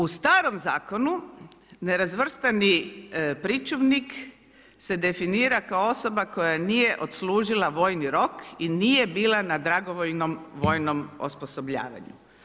U starom zakonu, nerazvrstani pričuvnik, se definira kao osoba koja nije odlučila vojni rok i nije bila na dragovoljnom vojnom osposobljavanju.